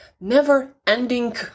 never-ending